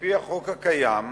על-פי החוק הקיים,